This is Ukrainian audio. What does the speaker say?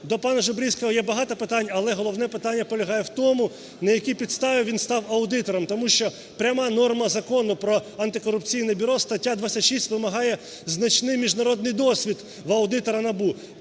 До пана Жебрицького є багато питань, але головне питання полягає в тому, на якій підставі він став аудитором. Тому що пряма норма Закону про Антикорупційне бюро (стаття 26) вимагає значний міжнародний досвід у аудитора НАБУ.